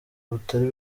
butari